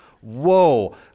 Whoa